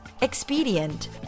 Expedient